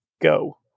go